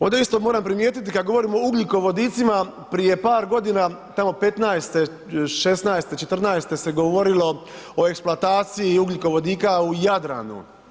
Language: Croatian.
Ovdje isto moram primijetiti kad govorimo o ugljikovodicima, prije par godina, tamo '15., '16., '14. se govorilo o eksploatacija ugljikovodika u Jadranu.